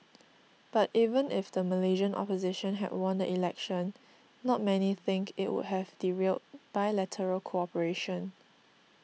but even if the Malaysian opposition had won the election not many think it would have derailed bilateral cooperation